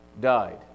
died